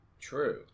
true